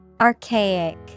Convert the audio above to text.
Archaic